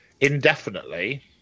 indefinitely